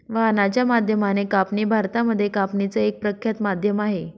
वाहनाच्या माध्यमाने कापणी भारतामध्ये कापणीच एक प्रख्यात माध्यम आहे